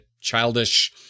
childish